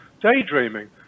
Daydreaming